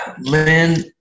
Lynn